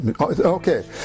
okay